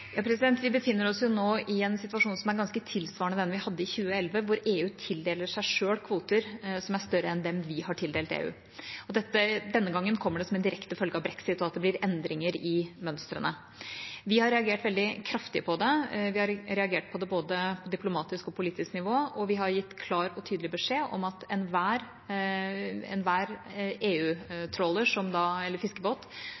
Vi befinner oss jo nå i en situasjon som er ganske tilsvarende den vi hadde i 2011, der EU tildeler seg selv kvoter som er større enn dem vi har tildelt EU. Denne gangen kommer det som en direkte følge av brexit og at det blir endringer i mønstrene. Vi har reagert veldig kraftig på det. Vi har reagert på både diplomatisk og politisk nivå, og vi har gitt klar og tydelig beskjed om at